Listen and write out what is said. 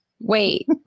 wait